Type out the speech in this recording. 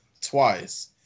Twice